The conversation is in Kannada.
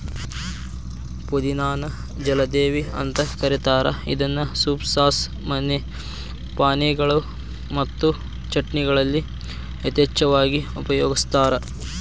ಪುದಿನಾ ನ ಜಲದೇವಿ ಅಂತ ಕರೇತಾರ ಇದನ್ನ ಸೂಪ್, ಸಾಸ್, ಪಾನೇಯಗಳು ಮತ್ತು ಚಟ್ನಿಗಳಲ್ಲಿ ಯಥೇಚ್ಛವಾಗಿ ಉಪಯೋಗಸ್ತಾರ